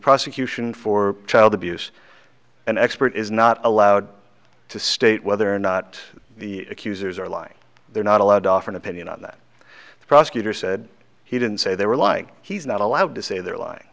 prosecution for child abuse an expert is not allowed to state whether or not the accusers are lying they're not allowed to offer an opinion on that the prosecutor said he didn't say they were lying he's not allowed to say they're l